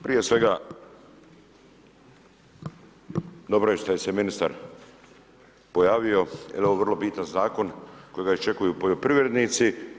Prije svega dobro je što se ministar pojavio jer je ovo vrlo bitan zakon kojega iščekuju poljoprivrednici.